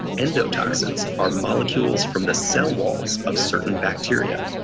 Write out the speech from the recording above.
endotoxins are molecules from the cell walls of certain bacteria,